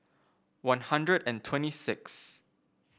One Hundred and twenty six